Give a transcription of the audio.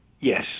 Yes